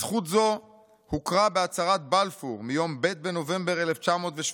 "זכות זו הוכרה בהצהרת בלפור מיום ב' בנובמבר 1917,